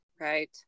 Right